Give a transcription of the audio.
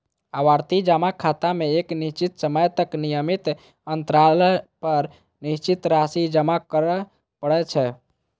आवर्ती जमा खाता मे एक निश्चित समय तक नियमित अंतराल पर निश्चित राशि जमा करय पड़ै छै